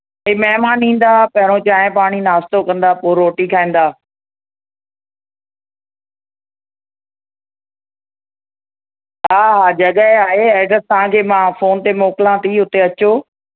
भई महिमान ईंदा पहिरों चांहि पाणी नास्तो कंदा पोइ रोटी खाईंदा हा हा जॻह आहे एड्रस तव्हांखे मां फ़ोन ते मोकिलियां थी उते अचो